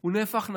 הוא נהפך נפיץ.